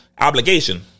obligation